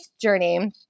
journey